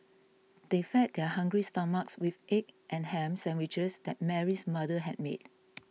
they fed their hungry stomachs with egg and ham sandwiches that Mary's mother had made